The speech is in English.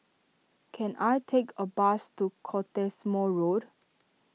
can I take a bus to Cottesmore Road